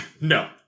No